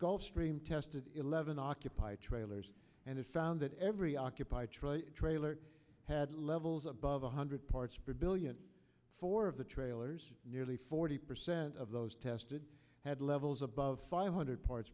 gulf stream tested eleven occupy trailers and it found that every occupied troy trailer had levels above one hundred parts per billion four of the trailers nearly forty percent of those tested had levels above five hundred parts